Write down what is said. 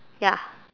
ya